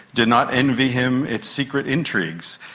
did not envy him its secret intrigues.